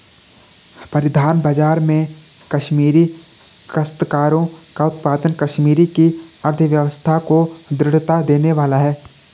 परिधान बाजार में कश्मीरी काश्तकारों का उत्पाद कश्मीर की अर्थव्यवस्था को दृढ़ता देने वाला है